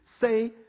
say